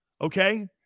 Okay